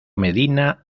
medina